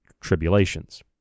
tribulations